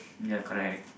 ya correct